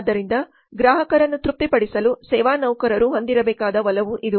ಆದ್ದರಿಂದ ಗ್ರಾಹಕರನ್ನು ತೃಪ್ತಿಪಡಿಸಲು ಸೇವಾ ನೌಕರರು ಹೊಂದಿರಬೇಕಾದ ಒಲವು ಇದು